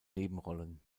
nebenrollen